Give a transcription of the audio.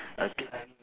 okay